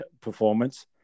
performance